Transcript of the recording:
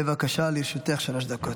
בבקשה, לרשותך שלוש דקות.